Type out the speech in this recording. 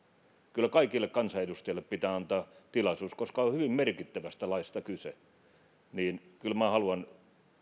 kyllä kaikille kansanedustajille pitää antaa tilaisuus koska on on hyvin merkittävästä laista kyse kyllä minä haluan